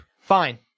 Fine